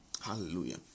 hallelujah